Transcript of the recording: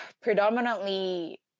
predominantly